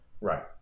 Right